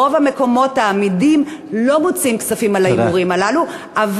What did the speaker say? ברוב המקומות האמידים לא מוציאים כספים על ההימורים הללו.